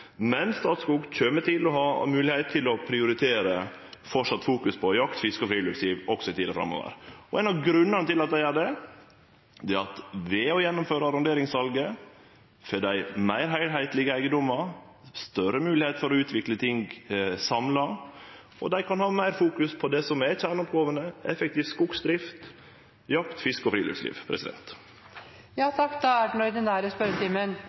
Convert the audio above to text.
men Statskog kjem til å ha moglegheit til å prioritere jakt, fiske og friluftsliv også i tida framover. Og ein av grunnane til at dei gjer det, er at ved å gjennomføre arronderingssalet får dei meir heilskaplege eigedomar, større moglegheiter til å utvikle ting samla, og dei kan ha meir fokus på det som er kjerneoppgåvene: effektiv skogsdrift, jakt, fiske og friluftsliv.